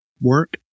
work